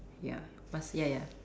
ya must ya ya